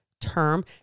term